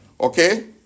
Okay